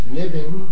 living